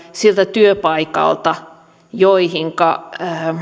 työpaikalta